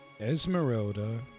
Esmeralda